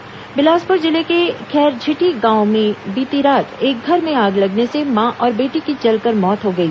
बिलासपुर जिले के खैरझिटी गांव में बीती रात एक घर में आग लगने से मां और बेटी की जलकर मौत हो गई